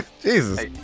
Jesus